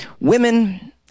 Women